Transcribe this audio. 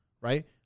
right